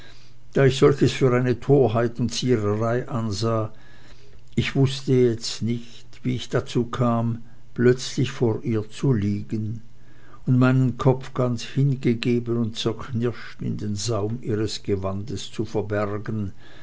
da ich solches für eine torheit und ziererei ansah ich wußte jetzt nicht wie ich dazu kam plötzlich vor ihr zu liegen und meinen kopf ganz hingegeben und zerknirscht in den saum ihres gewandes zu verbergen